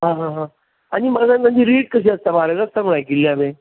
आं हां हां आनी म्हाका सांग तांची रॅट कशी आसता म्हारग आसता म्हणून आयिकल्लें हांवेन